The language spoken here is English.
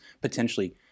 potentially